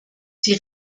die